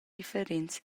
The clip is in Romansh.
differents